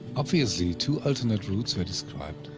obviously, two alternate routes were described.